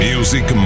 Music